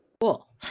Cool